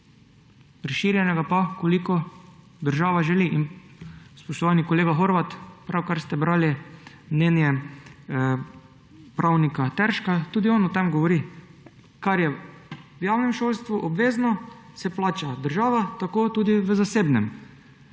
razširjenega pa, kolikor država želi. In, spoštovani kolega Horvat, pravkar ste brali mnenje pravnika Terška – tudi on o tem govori. Kar je v javnem šolstvu obvezno, plača država, tako tudi v zasebnem.